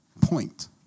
point